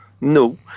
No